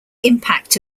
impact